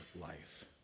life